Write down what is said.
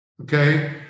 okay